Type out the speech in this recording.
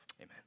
Amen